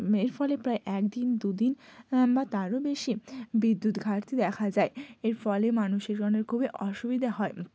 এর ফলে প্রায় এক দিন দু দিন বা তারও বেশি বিদ্যুৎ ঘাটতি দেখা যায় এর ফলে মানুষের অনে খুবই অসুবিধে হয়